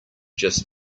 just